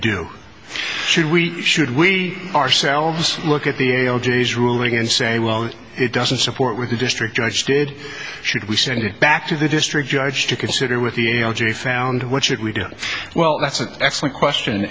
do should we should we ourselves look at the ruling and say well it doesn't support with the district judge did should we send it back to the district judge to consider with the jury found what should we do well that's an excellent question